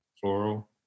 Floral